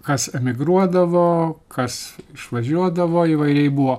kas emigruodavo kas išvažiuodavo įvairiai buvo